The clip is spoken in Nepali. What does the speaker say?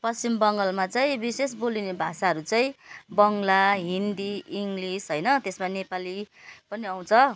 पश्चिम बङ्गालमा चाहिँ विशेष बोलिने भाषाहरू चाहिँ बङ्गला हिन्दी इङ्ग्लिस होइन त्यसमा नेपाली पनि आउँछ